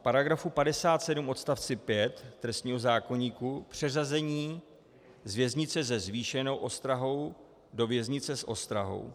V § 57 odst. 5 trestního zákoníku Přeřazení z věznice se zvýšenou ostrahou do věznice s ostrahou.